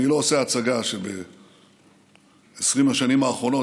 אני לא עושה הצגה שב-20 השנים האחרונות